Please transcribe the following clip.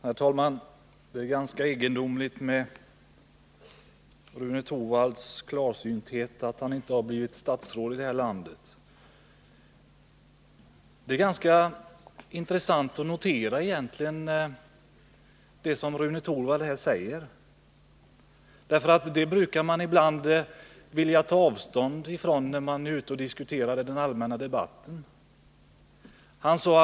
Herr talman! Det är ganska egendomligt att Rune Torwald med sin klarsynthet inte har blivit statsråd i det här landet. Det är vidare ganska intressant att notera det som Rune Torwald här säger — det förekommer ju ibland att man vill ta avstånd från sådana uttalanden när man sedan deltar i debatter på andra håll.